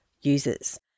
users